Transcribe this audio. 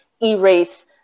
erase